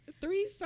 Three